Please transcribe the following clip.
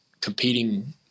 competing